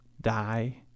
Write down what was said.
die